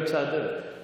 קצת יותר.